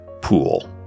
pool